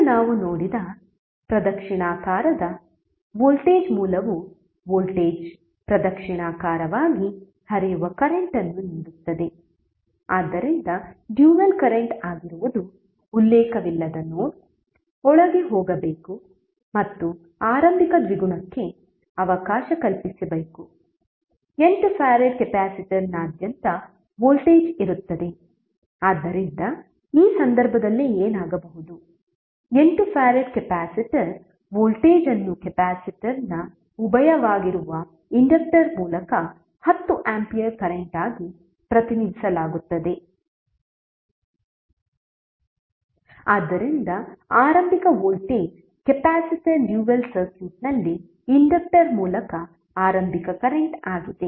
ಈಗ ನಾವು ನೋಡಿದ ಪ್ರದಕ್ಷಿಣಾಕಾರದ ವೋಲ್ಟೇಜ್ ಮೂಲವು ವೋಲ್ಟೇಜ್ ಪ್ರದಕ್ಷಿಣಾಕಾರವಾಗಿ ಹರಿಯುವ ಕರೆಂಟ್ ಅನ್ನು ನೀಡುತ್ತದೆ ಆದ್ದರಿಂದ ಡ್ಯುಯಲ್ ಕರೆಂಟ್ ಆಗಿರುವುದು ಉಲ್ಲೇಖವಿಲ್ಲದ ನೋಡ್ ಒಳಗೆ ಹೋಗಬೇಕು ಮತ್ತು ಆರಂಭಿಕ ದ್ವಿಗುಣಕ್ಕೆ ಅವಕಾಶ ಕಲ್ಪಿಸಬೇಕು 8 ಫರಾಡ್ ಕೆಪಾಸಿಟರ್ನಾದ್ಯಂತ ವೋಲ್ಟೇಜ್ ಇರುತ್ತದೆ ಆದ್ದರಿಂದ ಈ ಸಂದರ್ಭದಲ್ಲಿ ಏನಾಗಬಹುದು 8 ಫರಾಡ್ ಕೆಪಾಸಿಟರ್ ವೋಲ್ಟೇಜ್ ಅನ್ನು ಕೆಪಾಸಿಟರ್ನ ಉಭಯವಾಗಿರುವ ಇಂಡಕ್ಟರ್ ಮೂಲಕ 10 ಆಂಪಿಯರ್ ಕರೆಂಟ್ ಆಗಿ ಪ್ರತಿನಿಧಿಸಲಾಗುತ್ತದೆ ಆದ್ದರಿಂದ ಆರಂಭಿಕ ವೋಲ್ಟೇಜ್ ಕೆಪಾಸಿಟರ್ ಡ್ಯುಯಲ್ ಸರ್ಕ್ಯೂಟ್ನಲ್ಲಿ ಇಂಡಕ್ಟರ್ ಮೂಲಕ ಆರಂಭಿಕ ಕರೆಂಟ್ ಆಗಿದೆ